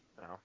No